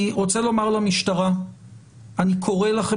כשאני מקיים דיון כאן והמשטרה מוזמנת ויש חומר רלוונטי,